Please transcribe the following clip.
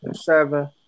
seven